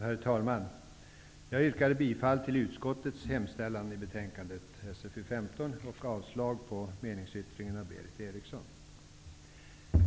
Herr talman! Jag yrkar bifall till utskottets hemställan i betänkande SfU15 och avslag på meningsyttringen av Berith Eriksson.